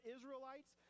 Israelites